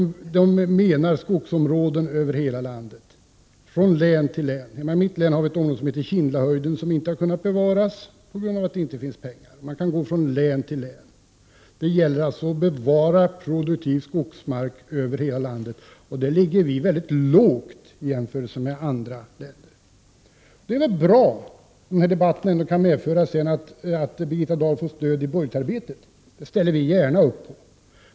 Föreningen avser skogsområden över hela landet, från län till län. Hemma i mitt län har vi ett område som heter Kindahöjden, som inte har kunnat bevaras på grund av att det inte finns pengar. Så kan man gå från län till län. Det gäller att bevara produktiv skogsmark över hela landet, och i det avseendet ligger vi mycket lågt i jämförelse med andra länder. Det är väl bra om den här debatten kan medföra att Birgitta Dahl får stöd i budgetarbetet. Det ställer vi gärna upp på.